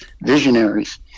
visionaries